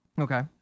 Okay